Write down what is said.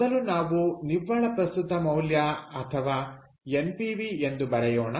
ಮೊದಲು ನಾವು ನಿವ್ವಳ ಪ್ರಸ್ತುತ ಮೌಲ್ಯ ಅಥವಾ ಎನ್ಪಿವಿ ಎಂದು ಬರೆಯೋಣ